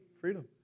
Freedom